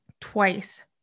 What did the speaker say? twice